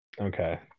Okay